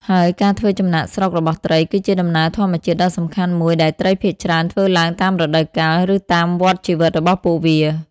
ហើយការធ្វើចំណាកស្រុករបស់ត្រី គឺជាដំណើរធម្មជាតិដ៏សំខាន់មួយដែលត្រីភាគច្រើនធ្វើឡើងតាមរដូវកាល ឬតាមវដ្តជីវិតរបស់ពួកវា។